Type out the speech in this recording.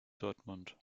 dortmund